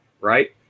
right